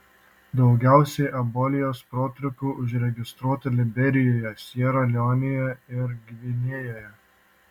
daugiausiai ebolos protrūkių užregistruota liberijoje siera leonėje ir gvinėjoje